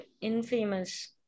infamous